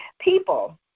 people